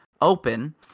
open